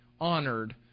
honored